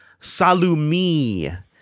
salumi